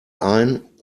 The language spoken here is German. ein